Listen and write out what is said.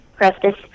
Crestus